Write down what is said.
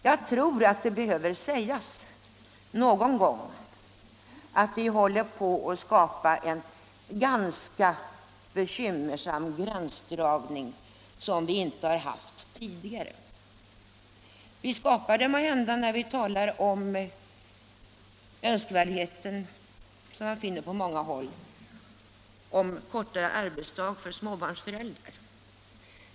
Jag tror att det behöver sägas någon gång att vi håller på att skapa en ganska bekymmersam gränsdragning, som vi inte har haft tidigare. Det sker måhända när vi talar om önskemålet - som man finner på många håll — om kortare arbetsdag för småbarnsföräldrar.